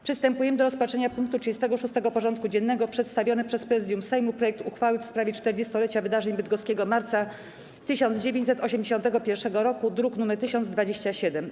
Przystępujemy do rozpatrzenia punktu 36. porządku dziennego: Przedstawiony przez Prezydium Sejmu projekt uchwały w sprawie 40-lecia Wydarzeń Bydgoskiego Marca 1981 roku (druk nr 1027)